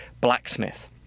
blacksmith